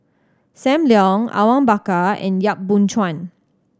Sam Leong Awang Bakar and Yap Boon Chuan